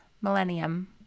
millennium